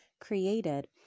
created